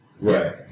Right